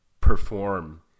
perform